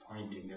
pointing